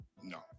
no